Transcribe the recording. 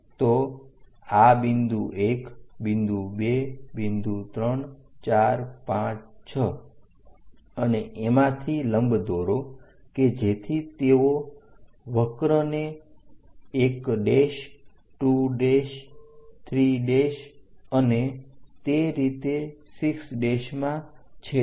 તો આ બિંદુ 1 બિંદુ 2 બિંદુ 3 456 અને એમાંથી લંબ દોરો કે જેથી તેઓ વક્રને 1 2 3 અને તે રીતે 6 માં છેદે